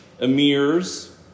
emirs